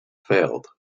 failed